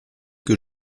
que